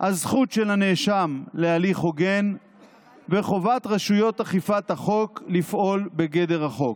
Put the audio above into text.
הזכות של הנאשם להליך הוגן וחובת רשויות אכיפת החוק לפעול בגדר החוק.